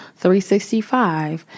365